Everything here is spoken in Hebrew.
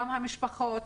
גם המשפחות,